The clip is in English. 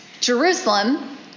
Jerusalem